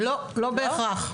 לא, לא בהכרח.